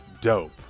dope